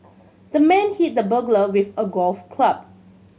the man hit the burglar with a golf club